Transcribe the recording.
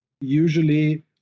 Usually